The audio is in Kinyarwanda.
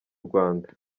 rwanda